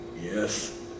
yes